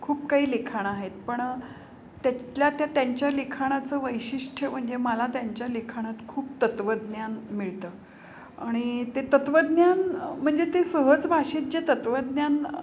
खूप काही लिखाणं आहेत पण त्यातल्या त्या त्यांच्या लिखाणाचं वैशिष्ट्य म्हणजे मला त्यांच्या लिखाणात खूप तत्त्वज्ञान मिळतं अणि ते तत्त्वज्ञान म्हणजे ते सहज भाषेत जे तत्त्वज्ञान